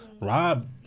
Rob